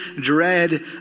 dread